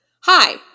Hi